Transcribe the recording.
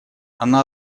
она